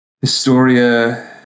Historia